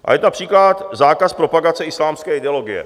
Je to například zákaz propagace islámské ideologie.